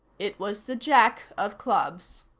it was the jack of clubs.